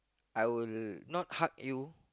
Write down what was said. I will not hug you